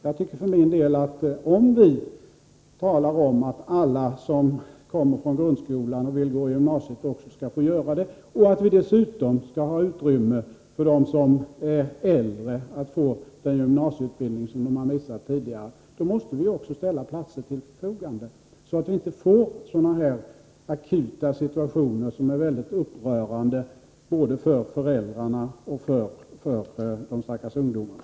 Jag tycker för min del, att om vi talar om att alla som kommer från grundskolan och vill gå i gymnasiet också skall få göra det och att vi dessutom skall ge utrymme för dem som är äldre att få den gymnasieutbildning som de har gått miste om tidigare, måste vi ju också ställa platser till förfogande, så att vi inte får sådana här akuta situationer som är mycket upprörande både för föräldrarna och för de stackars ungdomarna.